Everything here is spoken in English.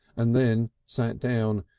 and then sat down.